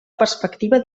perspectiva